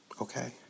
Okay